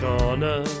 Corner